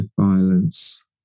violence